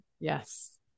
Yes